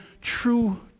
true